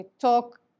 talk